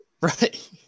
Right